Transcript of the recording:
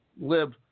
live